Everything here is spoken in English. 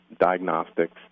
diagnostics